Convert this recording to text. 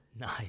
Nice